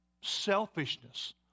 selfishness